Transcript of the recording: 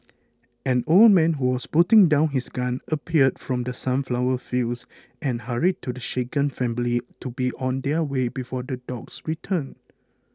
an old man who was putting down his gun appeared from the sunflower fields and hurried to the shaken family to be on their way before the dogs return